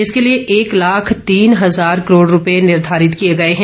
इसके लिए एक लाख तीन हजार करोड़ रूपये निर्धारित किए गए हैं